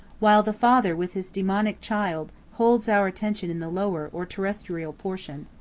while the father with his demoniac child, holds our attention in the lower, or terrestrial portion.